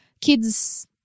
Kids